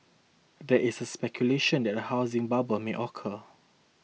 there is speculation that a housing bubble may occur